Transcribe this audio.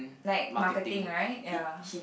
like marketing right ya